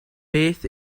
beth